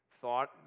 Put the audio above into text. thought